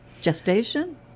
Gestation